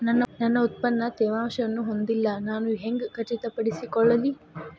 ನನ್ನ ಉತ್ಪನ್ನ ತೇವಾಂಶವನ್ನು ಹೊಂದಿಲ್ಲಾ ನಾನು ಹೆಂಗ್ ಖಚಿತಪಡಿಸಿಕೊಳ್ಳಲಿ?